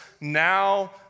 now